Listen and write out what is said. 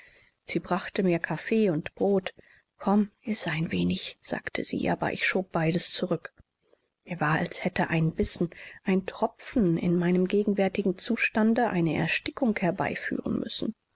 sie brachte mir kaffee und brot komm iß ein wenig sagte sie aber ich schob beides zurück mir war als hätte ein bissen ein tropfen in meinem gegenwärtigen zustande eine erstickung herbeiführen müssen